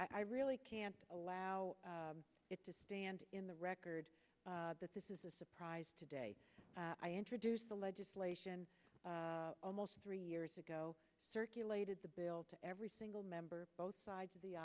mister i really can't allow it to stand in the record that this is a surprise today i introduced the legislation almost three years ago circulated the bill to every single member both sides of the